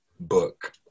book